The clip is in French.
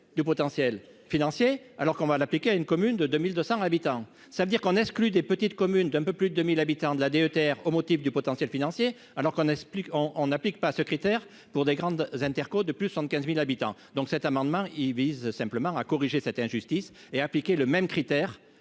du potentiel financier alors qu'on va l'appliquer à une commune de 2200 habitants, ça veut dire qu'on exclut des petites communes, d'un peu plus de 2000 habitants de la DETR au motif du potentiel financier alors qu'on explique en en applique pas ce critère pour des grandes Interco de plus 115000 habitants, donc, cet amendement, il vise simplement à corriger cette injustice et appliquer le même critère